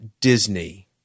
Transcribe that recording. Disney